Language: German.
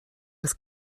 das